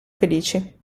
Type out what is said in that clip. felici